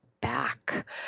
back